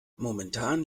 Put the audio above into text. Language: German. momentan